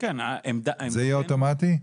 זה יהיה אוטומטי?